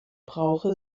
brauche